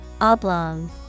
Oblong